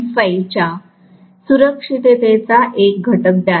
5 च्या सुरक्षिततेचा एक घटक द्याल